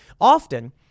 often